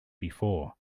before